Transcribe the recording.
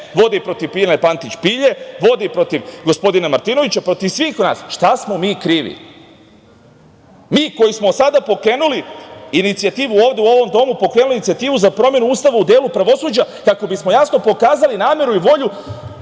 vodi protiv Bilje Pantić Pilje, vodi protiv gospodina Martinovića, protiv svih nas. Šta smo mi krivi? Mi koji smo sada pokrenuli inicijativu ovde u ovom domu, za promenu Ustava u delu pravosuđa, kako bismo jasno pokazali nameru i volju